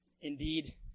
Indeed